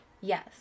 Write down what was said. Yes